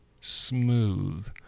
smooth